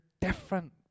different